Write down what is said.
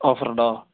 offer ഉണ്ടോ